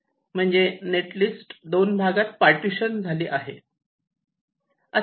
म्हणजे net list दोन भागात पार्टिशन झाली आहे